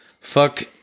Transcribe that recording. fuck